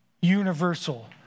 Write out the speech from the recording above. universal